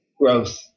growth